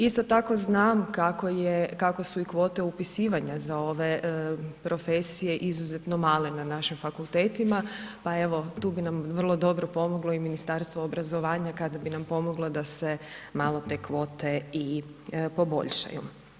Isto tako znam kako su i kvote upisivanja za ove profesije izuzetno male na našim fakultetima, pa evo tu bi nam vrlo dobro pomoglo i Ministarstvo obrazovanja kada bi nam pomoglo da se malo te kvote i poboljšaju.